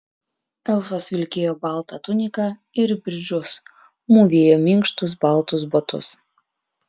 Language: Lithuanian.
elfas vilkėjo baltą tuniką ir bridžus mūvėjo minkštus baltus batus